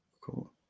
Cool